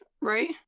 right